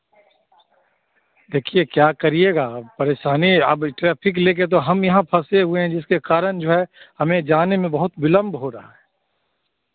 देखिए क्या करिएगा आप परेशानी अब यह ट्रैफिक लेकर तो हम यहाँ फँसे हुए हैं जिसके कारण जो है हमें जाने में बहुत विलंब हो रहा है